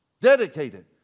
dedicated